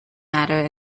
matter